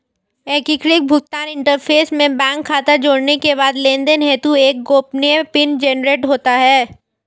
एकीकृत भुगतान इंटरफ़ेस में बैंक खाता जोड़ने के बाद लेनदेन हेतु एक गोपनीय पिन जनरेट होता है